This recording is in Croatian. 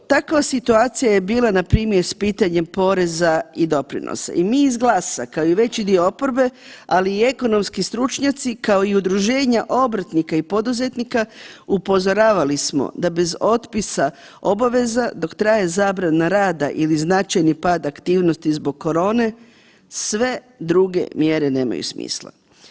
Takva situacija je bila npr. s pitanjem poreza i doprinosa i mi iz GLAS-a kao i veći dio oporbe, ali i ekonomski stručnjaci kao i udruženja obrtnika i poduzetnika upozoravali smo da bez otpisa obaveza dok traje zabrana rada ili značajni pad aktivnosti zbog korone sve druge mjere nemaju smisla.